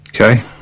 Okay